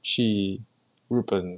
去日本